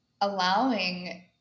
allowing